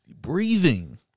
Breathing